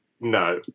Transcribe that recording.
no